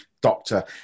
Doctor